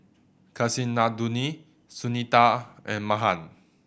Kasinadhuni Sunita and Mahan